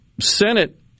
Senate